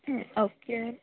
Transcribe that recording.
okay